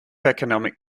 economic